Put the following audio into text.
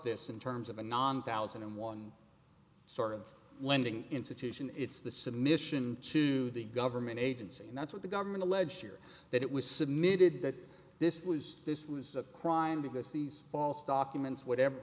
this in terms of a non thousand and one sort of lending institution it's the submission to the government agency and that's what the government allege here that it was submitted that this was this was a crime because these false documents whatever